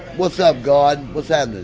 what's up, guard? what's happening?